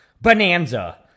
Bonanza